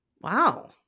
Wow